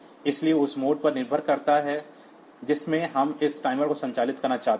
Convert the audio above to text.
इसलिए उस मोड पर निर्भर करता है जिसमें हम इस टाइमर को संचालित करना चाहते हैं